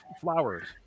flowers